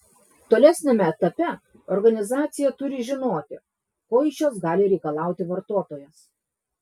tolesniame etape organizacija turi žinoti ko iš jos gali reikalauti vartotojas